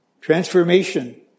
transformation